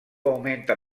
aumenta